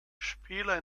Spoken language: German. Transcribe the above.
spieler